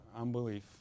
unbelief